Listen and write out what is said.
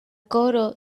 koro